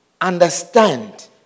understand